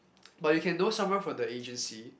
but you can know someone from the agency